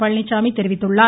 பழனிச்சாமி தெரிவித்துள்ளார்